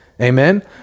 Amen